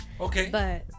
Okay